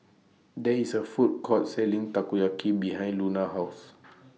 There IS A Food Court Selling Takoyaki behind Luna's House